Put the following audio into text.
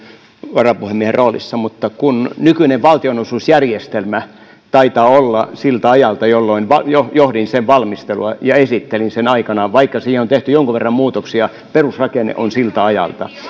varapuhemiehen roolissa mutta kun nykyinen valtionosuusjärjestelmä taitaa olla siltä ajalta jolloin johdin sen valmistelua ja esittelin sen aikanaan vaikka siihen on tehty jonkun verran muutoksia perusrakenne on siltä ajalta